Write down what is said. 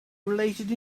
related